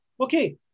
Okay